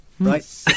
Right